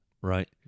Right